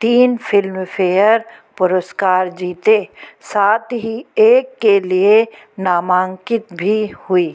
तीन फ़िल्मफेयर पुरस्कार जीते साथ ही एक के लिए नामांकित भी हुईं